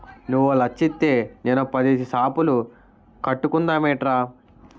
నువ్వో లచ్చిత్తే నేనో పదేసి సాపులు కట్టుకుందమేట్రా